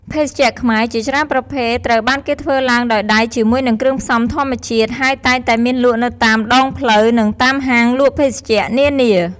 ភេសជ្ជៈខ្មែរជាច្រើនប្រភេទ ត្រូវបានគេធ្វើឡើងដោយដៃ ជាមួយនឹងគ្រឿងផ្សំធម្មជាតិ ហើយតែងតែមានលក់នៅតាមដងផ្លូវ និងតាមហាងលក់ភេសជ្ជៈនានា។